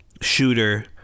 shooter